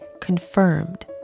confirmed